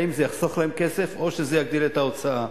האם זה יחסוך להם כסף או שזה יגדיל את ההוצאה?